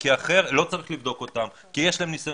לא צריך לבדוק אותם כי יש להם ניסיון